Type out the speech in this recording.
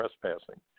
trespassing